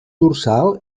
dorsal